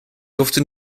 often